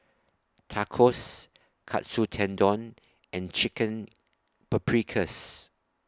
Tacos Katsu Tendon and Chicken Paprikas